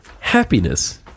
happiness